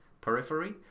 Periphery